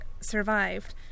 survived